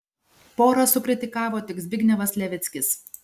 porą sukritikavo tik zbignevas levickis